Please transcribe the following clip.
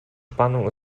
spannung